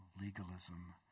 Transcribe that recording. legalism